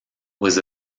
was